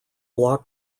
bloc